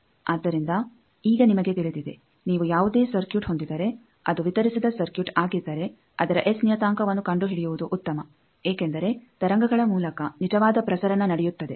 ಆದ್ದರಿಂದ ಈಗ ನಿಮಗೆ ತಿಳಿದಿದೆ ನೀವು ಯಾವುದೇ ಸರ್ಕ್ಯೂಟ್ ಹೊಂದಿದ್ದರೆ ಅದು ವಿತರಿಸಿದ ಸರ್ಕ್ಯೂಟ್ ಆಗಿದ್ದರೆ ಅದರ ಎಸ್ ನಿಯತಾಂಕವನ್ನು ಕಂಡುಹಿಡಿಯುವುದು ಉತ್ತಮ ಏಕೆಂದರೆ ತರಂಗಗಳ ಮೂಲಕ ನಿಜವಾದ ಪ್ರಸರಣ ನಡೆಯುತ್ತದೆ